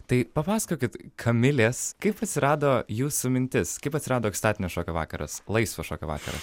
tai papasakokit kamilės kaip atsirado jūsų mintis kaip atsirado ekstatinio šokio vakaras laisvo šokio vakaras